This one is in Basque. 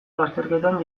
lasterketan